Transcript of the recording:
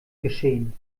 geschehen